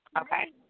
Okay